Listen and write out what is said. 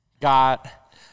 got